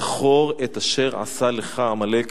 "זכור את אשר עשה לך עמלק".